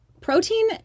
protein